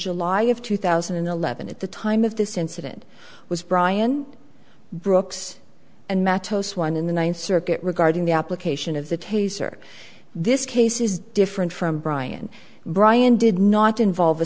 july of two thousand and eleven at the time of this incident was bryan brooks and matto swann in the ninth circuit regarding the application of the taser this case is different from brian brian did not involve a